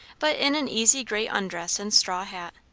but in an easy grey undress and straw hat.